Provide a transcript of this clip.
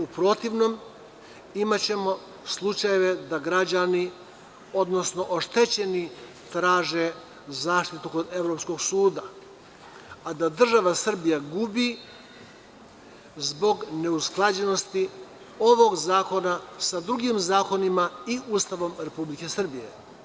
U protivnom, imaćemo slučajeve da građani odnosno oštećeni traže zaštitu kod Evropskog suda, a da država Srbija gubi zbog neusklađenosti ovog zakona sa drugim zakonima i Ustavom Republike Srbije.